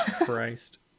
Christ